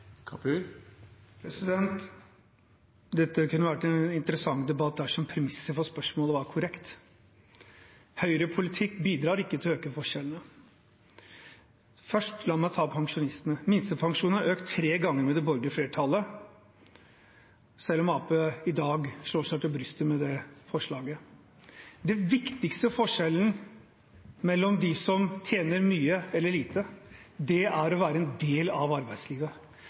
Dette kunne vært en interessant debatt dersom premisset for spørsmålet var korrekt. Høyrepolitikk bidrar ikke til å øke forskjellene. La meg først ta pensjonistene. Minstepensjonen er økt tre ganger med det borgerlige flertallet, selv om Arbeiderpartiet i dag slår seg på brystet med sitt forslag. Den viktigste forskjellen mellom dem som tjener mye, og dem som tjener lite, er å være en del av arbeidslivet.